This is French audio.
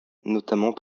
notamment